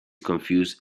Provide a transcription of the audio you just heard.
confuse